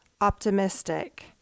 optimistic